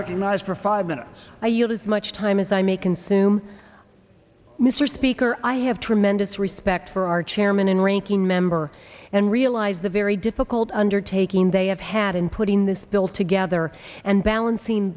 recognized for five minutes i use as much time as i may consume mr speaker i have tremendous respect for our chairman and ranking member and realize the very difficult undertaking they have had in putting this bill together and balancing